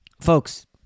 Folks